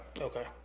Okay